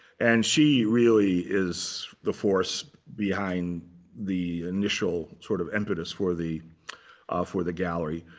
and she really is the force behind the initial sort of impetus for the ah for the gallery.